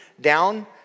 down